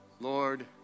Lord